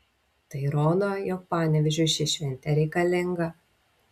tai rodo jog panevėžiui ši šventė reikalinga